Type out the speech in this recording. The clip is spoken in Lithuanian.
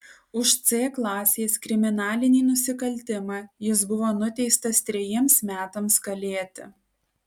už c klasės kriminalinį nusikaltimą jis buvo nuteistas trejiems metams kalėti